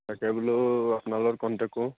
তাকে বোলো আপোনালৰ লগত কণ্টেক্টেট কৰোঁ